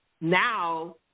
Now